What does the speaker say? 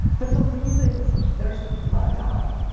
there's a reason there's madonna.